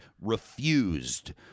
Refused